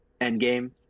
Endgame